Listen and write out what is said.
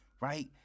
right